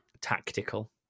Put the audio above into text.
tactical